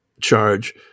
charge